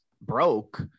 broke